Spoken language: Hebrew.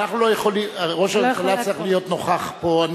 ראש הממשלה צריך להיות נוכח פה,